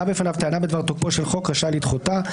בפניו טענה בדבר תוקפו של חוק - רשאי לדחותה,